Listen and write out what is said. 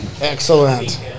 Excellent